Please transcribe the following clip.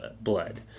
blood